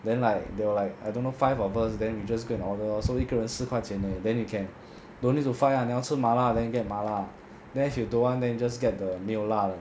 then like there were like I don't know five of us then you just go and order lor so 一个人四块钱而已 then you can don't need to fight ah 你要吃麻辣 then you get 麻辣 then you don't want then you just get the 没有辣的